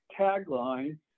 tagline